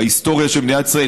בהיסטוריה של מדינת ישראל,